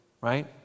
right